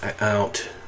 out